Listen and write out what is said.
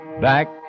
back